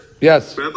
Yes